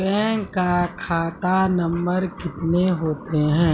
Bank का खाता नम्बर कितने होते हैं?